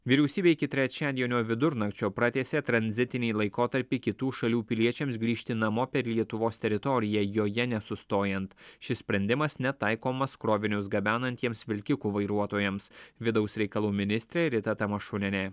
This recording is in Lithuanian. vyriausybė iki trečiadienio vidurnakčio pratęsė tranzitinį laikotarpį kitų šalių piliečiams grįžti namo per lietuvos teritoriją joje nesustojant šis sprendimas netaikomas krovinius gabenantiems vilkikų vairuotojams vidaus reikalų ministrė rita tamašunienė